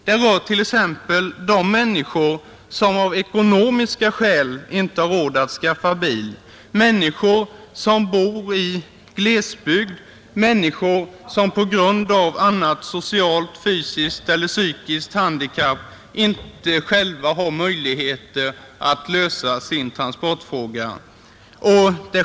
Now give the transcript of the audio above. Det är t.ex. människor som av ekonomiska skäl inte har råd att skaffa bil, som bor i glesbygd eller som på grund av socialt, fysiskt eller psykiskt handikapp inte själva har möjligheter att lösa sin transportfråga.